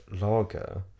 lager